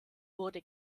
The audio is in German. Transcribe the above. wurde